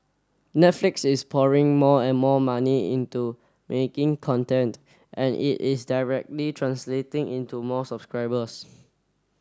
Netflix is pouring more and more money into making content and it is directly translating into more subscribers